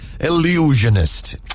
illusionist